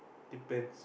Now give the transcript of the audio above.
depends